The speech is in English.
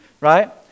Right